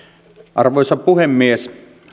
arvoisa puhemies